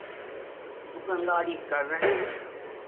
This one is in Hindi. दुकानदारी कर रहे हैं